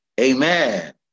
Amen